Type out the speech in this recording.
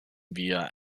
wir